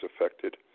affected